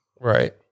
Right